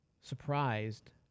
surprised